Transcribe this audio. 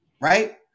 right